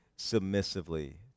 submissively